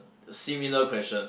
similar question